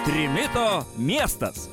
trimito miestas